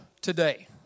today